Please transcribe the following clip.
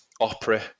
Opera